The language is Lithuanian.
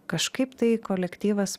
kažkaip tai kolektyvas